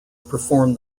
performed